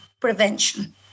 prevention